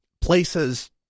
places